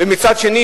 ומצד שני,